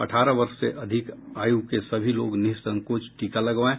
अठारह वर्ष से अधिक आयु के सभी लोग निःसंकोच टीका लगवाएं